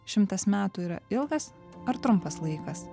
šimtas metų yra ilgas ar trumpas laikas